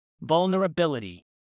vulnerability